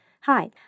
Hi